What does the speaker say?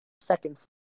second